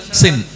sin